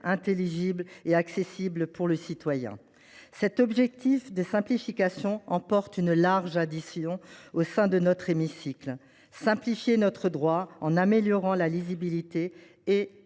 intelligible et accessible pour le citoyen. Cet objectif de simplification emporte une large adhésion au sein de notre hémicycle. Simplifier notre droit en améliorant la lisibilité et,,